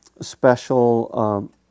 special